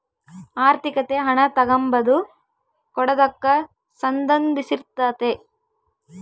ಆರ್ಥಿಕತೆ ಹಣ ತಗಂಬದು ಕೊಡದಕ್ಕ ಸಂದಂಧಿಸಿರ್ತಾತೆ